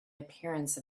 appearance